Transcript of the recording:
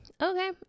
Okay